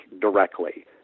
directly